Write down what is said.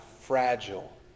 fragile